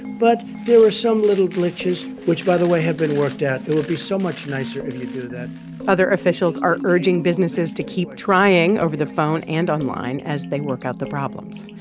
but there were some little glitches, which, by the way, have been worked out? it would be so much nicer if you'd do that other officials are urging businesses to keep trying over the phone and online as they work out the problems.